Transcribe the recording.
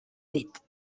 dit